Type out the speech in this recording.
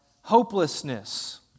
hopelessness